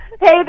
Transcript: Hey